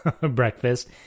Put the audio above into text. breakfast